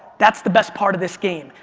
that's the best part of this game.